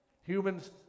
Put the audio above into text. Humans